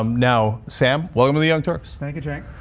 um now sam, welcome to the young turks. thank you cenk.